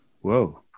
Whoa